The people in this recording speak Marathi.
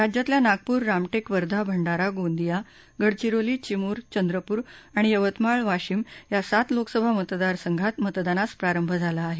राज्यातल्या नागपूर रामटेक वर्धा भंडारा गोंदिया गडचिरोली चिम्र चंद्रपूर आणि यवतमाळ वाशिम या सात लोकसभा मतदार संघात मतदानास प्रारंभ झाला आहे